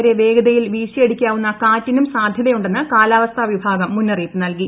വരെ വേഗതയിൽ വീശിയടിക്കാവുന്ന കാറ്റിനും സാധൃതയുണ്ടെന്ന് കാലാവസ്ഥാ വിഭാഗം മുന്നറിയിപ്പ് നൽകി